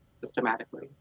systematically